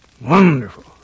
wonderful